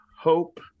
hope